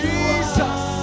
Jesus